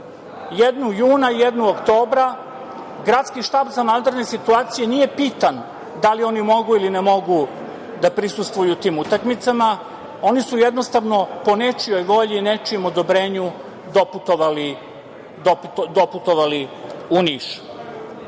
jednu juna, jednu oktobra. Gradski štab za vanredne situacije nije pitan da li oni mogu ili ne mogu da prisustvuju tim utakmicama. Oni su jednostavno, po nečijoj volji, nečijem odobrenju doputovali u Niš. Kad